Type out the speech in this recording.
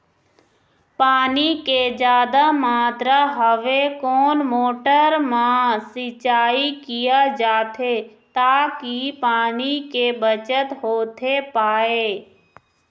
पानी के जादा मात्रा हवे कोन मोटर मा सिचाई किया जाथे ताकि पानी के बचत होथे पाए?